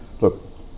look